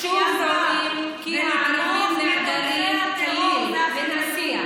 שוב עולה כי הערבים נעדרים כליל מן השיח.